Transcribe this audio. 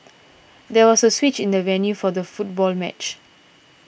there was a switch in the venue for the football match